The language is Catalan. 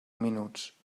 minuts